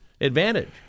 advantage